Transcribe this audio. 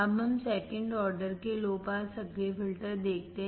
अब हम second order के लो पास सक्रिय फ़िल्टर देखते हैं